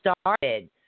started